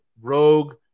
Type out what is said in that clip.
Rogue